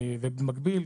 במקביל,